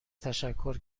تشکر